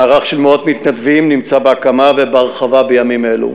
מערך של מאות מתנדבים נמצא בהקמה ובהרחבה בימים אלו.